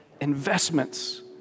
investments